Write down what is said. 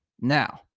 now